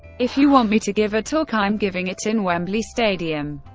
if you want me to give a talk, i'm giving it in wembley stadium.